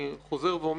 אני חוזר ואומר,